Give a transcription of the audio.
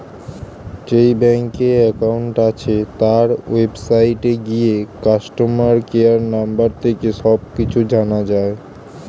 যেই ব্যাংকে অ্যাকাউন্ট আছে, তার ওয়েবসাইটে গিয়ে কাস্টমার কেয়ার নম্বর থেকে সব কিছু জানা যায়